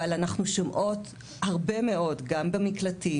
אבל אנחנו שומעות הרבה מאוד גם במקלטים